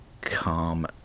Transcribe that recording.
calm